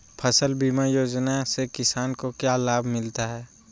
फसल बीमा योजना से किसान को क्या लाभ मिलता है?